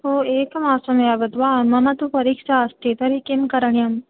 एकमासं यावत् वा मम तु परीक्षा अस्ति तर्हि किं करणीयं